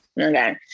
okay